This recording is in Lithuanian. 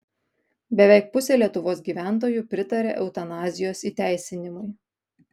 beveik pusė lietuvos gyventojų pritaria eutanazijos įteisinimui